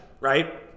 right